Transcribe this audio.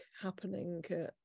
happening